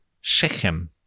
Shechem